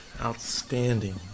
Outstanding